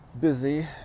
busy